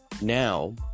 now